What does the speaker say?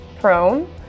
prone